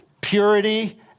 Purity